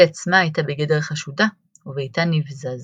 היא עצמה הייתה בגדר חשודה וביתה נבזז.